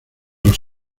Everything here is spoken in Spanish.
los